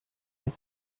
have